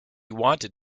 wanted